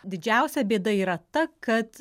didžiausia bėda yra ta kad